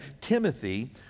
timothy